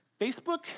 Facebook